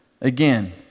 again